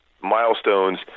milestones